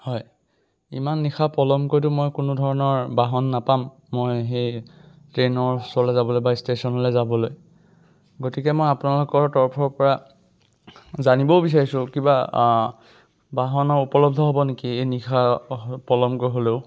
হয় ইমান নিশা পলমকৈতো মই কোনো ধৰণৰ বাহন নাপাম মই সেই ট্ৰেইনৰ ওচৰলৈ যাবলৈ বা ষ্টেচনলৈ যাবলৈ গতিকে মই আপোনালোকৰ তৰফৰ পৰা জানিব বিচাৰিছোঁ কিবা বাহনৰ উপলব্ধ হ'ব নেকি নিশা পলমকৈ হ'লেও